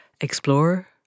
Explore